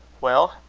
well,